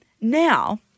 Now